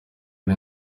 ari